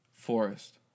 forest